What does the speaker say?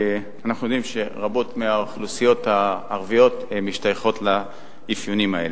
אנחנו יודעים שרבים מהאוכלוסייה הערביות משתייכים למאפיינים האלה.